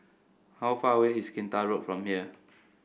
how far away is Kinta Road from here